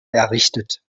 errichtet